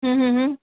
હમ હમ હમ